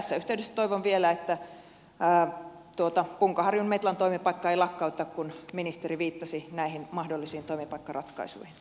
tässä yhteydessä toivon vielä että punkaharjun metlan toimipaikkaa ei lakkauteta kun ministeri viittasi näihin mahdollisiin toimipaikkaratkaisuihin